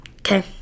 Okay